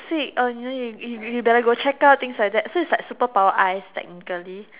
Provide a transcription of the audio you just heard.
sick uh you know you you you better go check up things like that so it's like superpower eyes technically